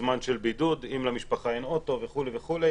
בזמן של בידוד, אם אין למשפחה אוטו וכו' וכו'.